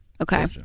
Okay